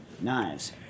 knives